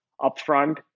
upfront